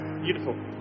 beautiful